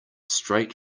straight